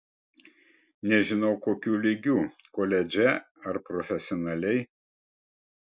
nežinau kokiu lygiu koledže ar profesionaliai